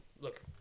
look